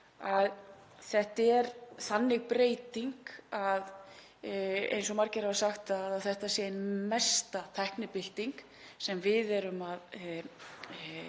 er þetta þannig breyting, eins og margir hafa sagt, að þetta er ein mesta tæknibylting sem við erum að